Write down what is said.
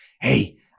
Hey